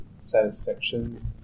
satisfaction